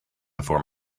before